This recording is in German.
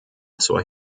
zur